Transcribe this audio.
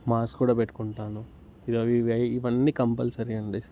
mask కూడా పెట్టుకుంటాను ఇవన్నీ కంపల్సరీ అండి